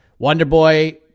Wonderboy